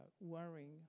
worrying